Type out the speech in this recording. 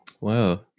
Wow